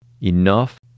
enough